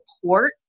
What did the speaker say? support